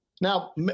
Now